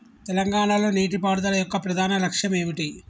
తెలంగాణ లో నీటిపారుదల యొక్క ప్రధాన లక్ష్యం ఏమిటి?